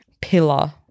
pillar